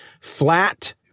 flat